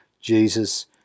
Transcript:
Jesus